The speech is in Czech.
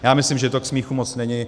Já myslím, že to k smíchu moc není.